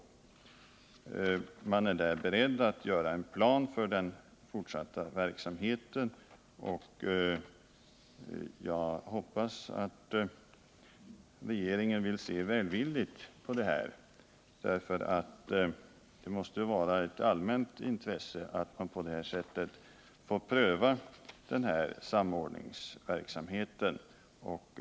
Man är där beredd att göra en plan för den fortsatta verksamheten, och jag hoppas att regeringen vill se välvilligt på detta. Det måste vara ett allmänt intresse att man på det här sättet får pröva en sådan samordning av verksamheterna.